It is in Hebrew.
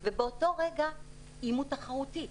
אם הוא תחרותי.